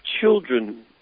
children